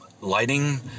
Lighting